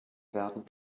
werden